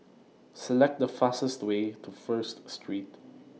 Select The fastest Way to First Street